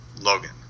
Logan